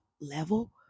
level